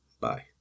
Bye